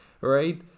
right